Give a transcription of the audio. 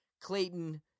Clayton